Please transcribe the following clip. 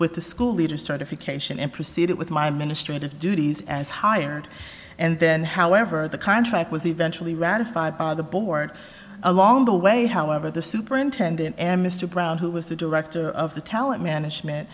with the school leader certification and proceeded with my ministry to duties as hired and then however the contract was eventually ratified by the board along the way however the superintendent and mr brown who was the director of the talent management